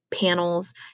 panels